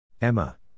Emma